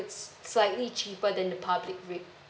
it's slightly cheaper than the public rate